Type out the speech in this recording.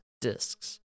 Discs